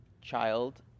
child